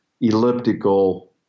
elliptical